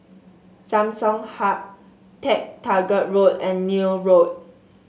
Samsung Hub MacTaggart Road and Neil Road